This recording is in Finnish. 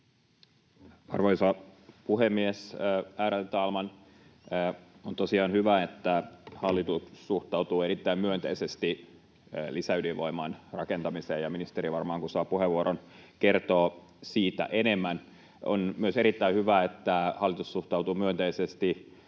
tosiaan hyvä, että hallitus suhtautuu erittäin myönteisesti lisäydinvoiman rakentamiseen, ja ministeri varmaan, kun saa puheenvuoron, kertoo siitä enemmän. On myös erittäin hyvä, että hallitus suhtautuu myönteisesti aurinkovoiman antamiin